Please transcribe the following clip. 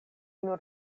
nur